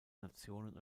nationen